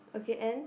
okay and